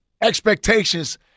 expectations